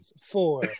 four